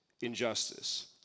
injustice